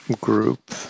group